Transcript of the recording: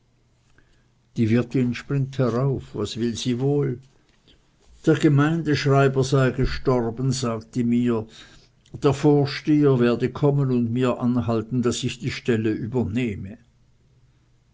die wirtin springt herauf was will sie wohl der gemeindschreiber sei gestorben sagte sie mir der vorsteher werde kommen und mir anhalten daß ich die stelle übernehme